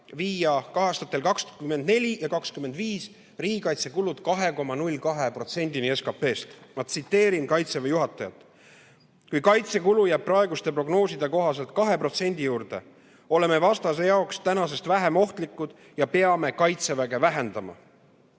viia ka aastatel 2024 ja 2025 riigikaitsekulud 2,02%‑ni SKP‑st. Ma tsiteerin Kaitseväe juhatajat: "Kui kaitsekulu jääb praeguste prognooside kohaselt 2% juurde, oleme vastase jaoks tänasest vähem ohtlikud ja peame Kaitseväge vähendama."